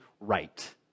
right